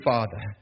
Father